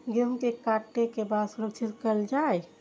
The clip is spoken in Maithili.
गेहूँ के काटे के बाद सुरक्षित कायल जाय?